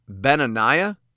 Benaniah